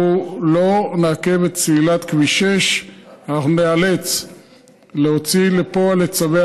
אנחנו לא נעכב את סלילת כביש 6. אנחנו ניאלץ להוציא לפועל את צווי